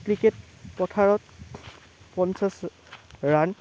cricket পথাৰত পঞ্চাছ run